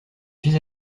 suis